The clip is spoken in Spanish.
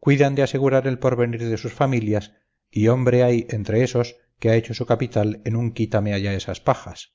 cuidan de asegurar el porvenir de sus familias y hombre hay entre esos que ha hecho su capital en un quítame allá esas pajas